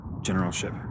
generalship